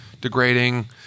degrading